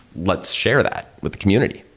let's share that with the community.